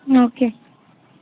okay